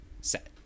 set